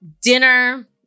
dinner